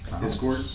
Discord